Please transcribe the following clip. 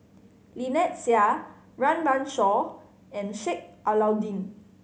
Lynnette Seah Run Run Shaw and Sheik Alau'ddin